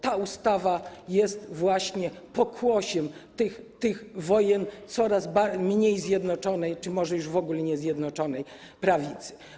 Ta ustawa jest właśnie pokłosiem wojen coraz mniej Zjednoczonej, czy może już w ogóle niezjednoczonej, Prawicy.